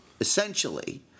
essentially